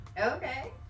Okay